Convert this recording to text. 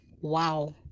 wow